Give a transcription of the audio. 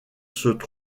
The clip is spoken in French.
social